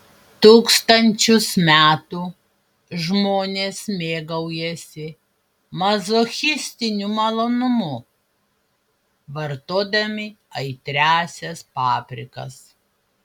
tūkstančius metų žmonės mėgaujasi mazochistiniu malonumu vartodami aitriąsias paprikas